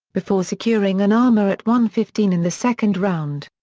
before securing an armbar at one fifteen in the second round.